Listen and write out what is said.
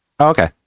okay